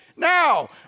now